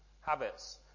habits